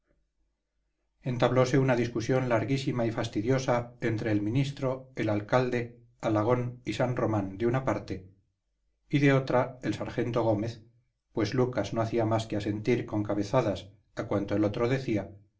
entablose una discusión larguísima y fastidiosa entre el ministro el alcalde alagón y san román de una parte y de otra el sargento gómez pues lucas no hacía más que asentir con cabezadas a cuanto el otro decía